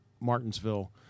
Martinsville –